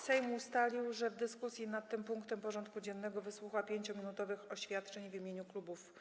Sejm ustalił, że w dyskusji nad tym punktem porządku dziennego wysłucha 5-minutowych oświadczeń w imieniu klubów i koła.